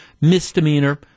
Misdemeanor